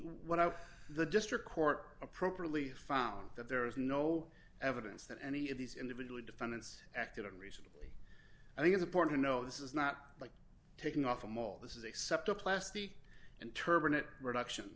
of the district court appropriately found that there is no evidence that any of these individuals defendants acted on reasonable i think it's important to know this is not like taking off from all this except a plastic and turban it reduction